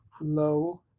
low